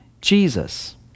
Jesus